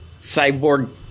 cyborg